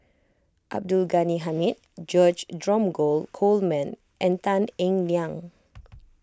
Abdul Ghani Hamid George Dromgold Coleman and Tan Eng Liang